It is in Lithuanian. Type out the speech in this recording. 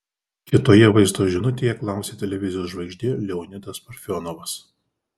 kitoje vaizdo žinutėje klausė televizijos žvaigždė leonidas parfionovas